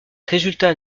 résultats